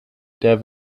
der